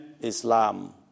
Islam